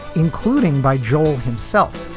including by joel himself.